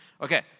Okay